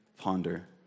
ponder